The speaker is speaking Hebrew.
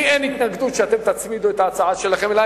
לי אין התנגדות שאתם תצמידו את ההצעה שלכם אלי.